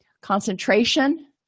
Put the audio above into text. concentration